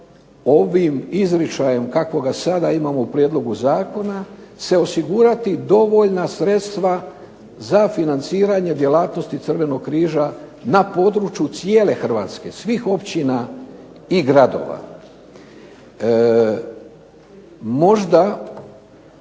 ovim izričajem kako ga sada imamo u prijedlogu zakona se osigurati dovoljna sredstva za financiranje djelatnosti Crvenog križa na području cijele Hrvatske, svih općina i gradova. Možda